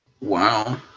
wow